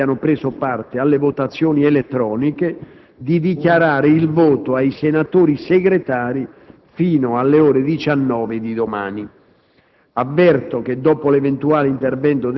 con la facoltà - per coloro che non abbiano preso parte alle votazioni elettroniche - di dichiarare il voto ai senatori segretari fino alle ore 19 di domani.